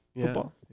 football